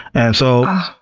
and so,